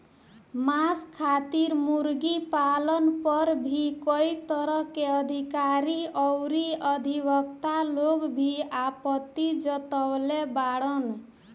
मांस खातिर मुर्गी पालन पर भी कई तरह के अधिकारी अउरी अधिवक्ता लोग भी आपत्ति जतवले बाड़न